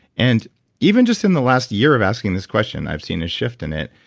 and even just in the last year of asking this question, i've seen a shift in it.